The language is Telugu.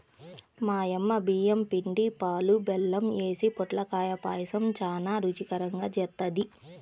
మా యమ్మ బియ్యం పిండి, పాలు, బెల్లం యేసి పొట్లకాయ పాయసం చానా రుచికరంగా జేత్తది